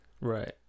Right